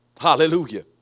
Hallelujah